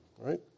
right